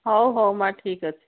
ହଉ ହଉ ମାଆ ଠିକ୍ ଅଛି